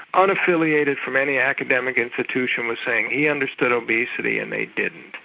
unaffiliated from any academic institution, was saying he understood obesity and they didn't.